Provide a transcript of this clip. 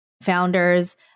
founders